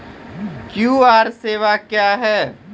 QR सेवा क्या हैं?